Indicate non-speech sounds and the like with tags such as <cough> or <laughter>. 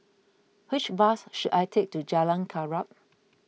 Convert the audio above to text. which bus should I take to Jalan <unintelligible>